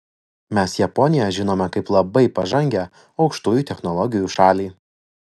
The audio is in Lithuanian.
mes japoniją žinome kaip labai pažangią aukštųjų technologijų šalį